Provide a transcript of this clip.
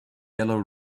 yellow